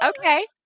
okay